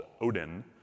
Odin